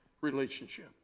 relationship